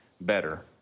better